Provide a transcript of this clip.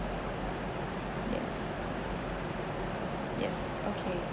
yes yes okay